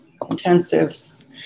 intensives